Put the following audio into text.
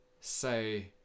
say